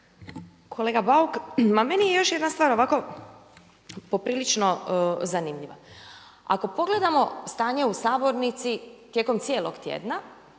Kolega Bauk, ma meni je još jedna stvar ovako, poprilično zanimljiva. Ako pogledamo stanje u sabornici tijekom cijelog tjedna,